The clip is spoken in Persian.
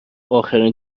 اخرین